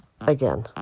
again